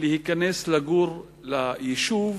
להיכנס לגור ביישוב